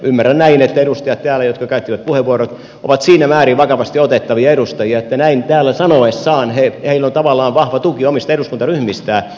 ymmärrän näin että edustajat täällä jotka käyttivät puheenvuorot ovat siinä määrin vakavasti otettavia edustajia että näin täällä sanoessaan heillä on tavallaan vahva tuki omista eduskuntaryhmistään